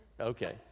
Okay